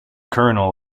colonel